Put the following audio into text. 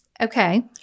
Okay